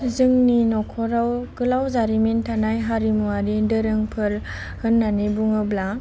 जोंनि नखराव गोलाव जारिमिन थानाय हारिमुवारि दोरोंफोर होन्नानै बुङोब्ला